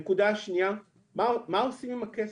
הנקודה השנייה: מה עושים עם הכסף?